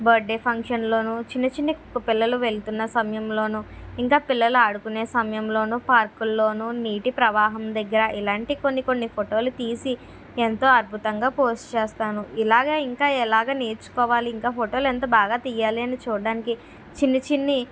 birthday function లోనూ చిన్నచిన్న పిల్లలు వెళ్తున్న సమయంలోను ఇంకా పిల్లలు ఆడుకునే సమయంలోను పార్కు ల్లోనూ నీటి ప్రవాహం దగ్గర ఇలాంటి కొన్ని కొన్ని ఫోటోలు తీసి ఎంతో అద్భుతంగా పోస్ట్ చేస్తాను ఇలాగే ఇంకా ఎలాగ నేర్చుకోవాలి ఇంకా ఫోటోలు ఎంత బాగా తీయాలి అని చూడ్డానికి చిన్ని చిన్ని